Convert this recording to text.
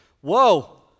whoa